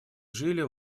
жили